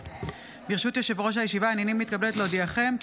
18 בעד, אין מתנגדים, אין נמנעים.